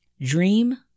Dream